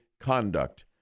conduct